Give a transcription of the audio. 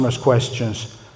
questions